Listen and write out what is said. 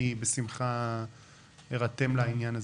אני בשמחה אירתם לעניין הזה.